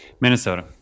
Minnesota